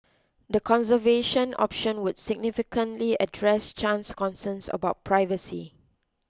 the conservation option would significantly address Chan's concerns about privacy